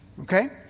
okay